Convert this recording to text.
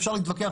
אפשר להתווכח,